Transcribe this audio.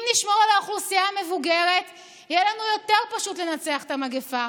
אם נשמור על האוכלוסייה המבוגרת יהיה לנו יותר פשוט לנצח את המגפה.